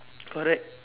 correct